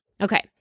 Okay